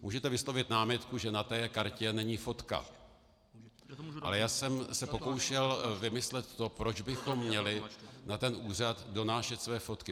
Můžete vyslovit námitku, že na té kartě není fotka, ale já jsem se pokoušel vymyslet, proč bychom měli na úřad donášet své fotky.